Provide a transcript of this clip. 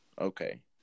okay